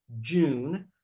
June